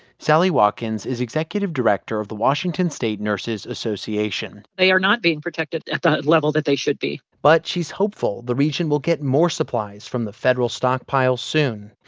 sally watkins is executive director of the washington state nurses association they are not being protected at the level that they should be but she's hopeful the region will get more supplies from the federal stockpile soon.